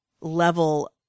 level